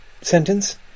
sentence